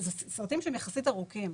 ואלה סרטים יחסית ארוכים.